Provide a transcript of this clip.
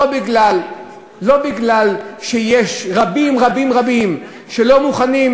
לא מפני שיש רבים רבים רבים שלא מוכנים,